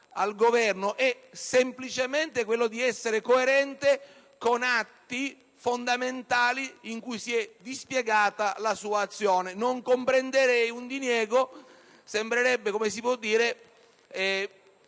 al Governo è semplicemente quello di essere coerente con atti fondamentali in cui si è dispiegata la sua azione; non comprenderei un diniego, che sembrerebbe legato a